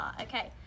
okay